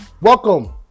welcome